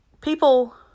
People